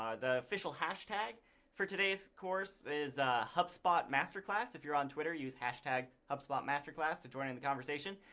um the official hashtag for today's course is hubspotmasterclass. if you're on twitter use hashtag hubspotmasterclass to join in the conversation.